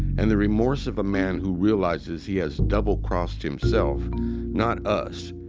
and the remorse of a man who realizes he has double-crossed himself not us,